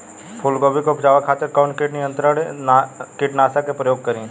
फुलगोबि के उपजावे खातिर कौन कीट नियंत्री कीटनाशक के प्रयोग करी?